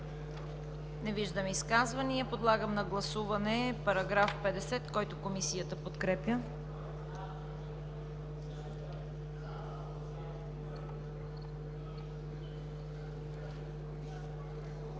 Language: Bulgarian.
Не виждам изказвания. Подлагам на гласуване § 50, който Комисията подкрепя.